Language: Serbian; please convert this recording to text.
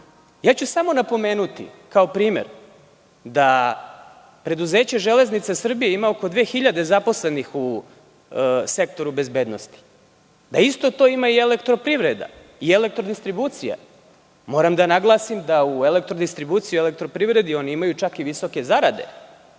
organizacije. Napomenuću kao primer da preduzeće „Železnice Srbije“ ima oko 2000 zaposlenih u sektoru bezbednosti. Isto to ima i „Elektroprivreda“ i „Elektrodistribucija“. Moram da naglasim da u „Elektrodistribuciji“ i „Elektroprivredi“ čak imaju i visoke zarade,